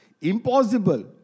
Impossible